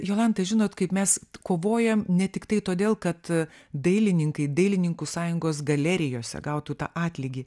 jolanta žinot kaip mes kovojam ne tiktai todėl kad dailininkai dailininkų sąjungos galerijose gautų tą atlygį